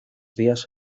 días